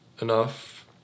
enough